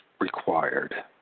Required